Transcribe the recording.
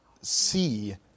see